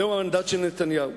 זהו המנדט של נתניהו.